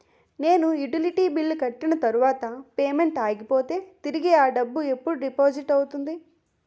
నేను utility bill కట్టిన తర్వాత పేమెంట్ ఆగిపోతే తిరిగి అ డబ్బు ఎప్పుడు డిపాజిట్ అవుతుంది?